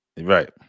right